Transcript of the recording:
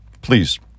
please